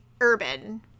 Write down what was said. urban